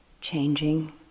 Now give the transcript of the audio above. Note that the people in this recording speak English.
changing